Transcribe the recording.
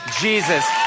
Jesus